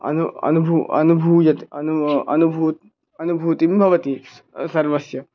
अनु अनुभूयते अनुभूयते अनु अनुभूयते अनुभूतिं भवति सर्वस्य